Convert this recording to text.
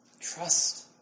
Trust